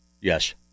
Yes